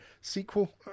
Sequel